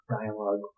Dialogue